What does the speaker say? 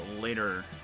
later